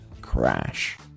CRASH